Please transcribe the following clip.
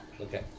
Okay